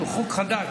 שהוא חוק חדש,